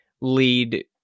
lead